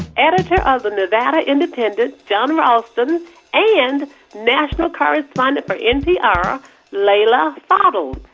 editor of the nevada independent jon ralston and national correspondent for npr leila fadel.